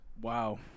Wow